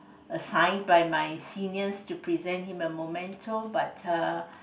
assign by my seniors to present him a memento but err